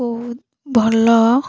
ବହୁତ ଭଲ